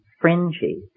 fringy